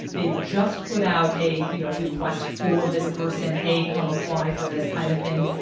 they just put out a, you know, request for this person. hey, come apply for this kind of thing.